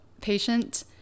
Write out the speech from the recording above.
patient